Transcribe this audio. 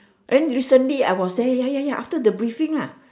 then recently I was there ya ya ya after the briefing lah